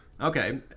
Okay